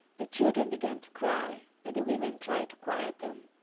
the children began to cry, and the women tried to quiet them.